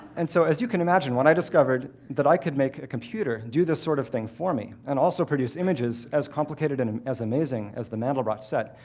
and so as you can imagine, when i discovered that i could make a computer do this sort of thing for me, and also produce images as complicated and and as amazing as the mandelbrot set,